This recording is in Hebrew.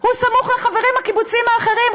הוא סמוך לחברים מהקיבוצים האחרים,